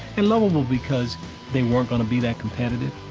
and lovable because they weren't going to be that competitive.